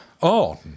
On